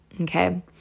Okay